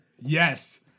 Yes